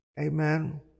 Amen